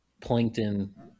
plankton